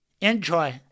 enjoy